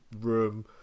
room